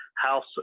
House